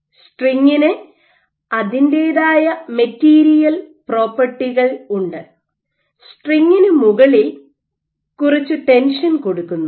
സ്ട്രിംഗിന് അതിന്റേതായ മെറ്റീരിയൽ പ്രോപ്പർട്ടികൾ ഉണ്ട് സ്ട്രിംഗിന് മുകളിൽ കുറച്ച് ടെൻഷൻ കൊടുക്കുന്നു